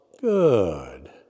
good